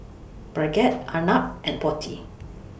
Bhagat Arnab and Potti